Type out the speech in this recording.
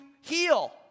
heal